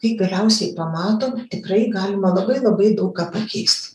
kai galiausiai pamatom tikrai galima labai labai daug ką pakeist